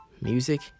music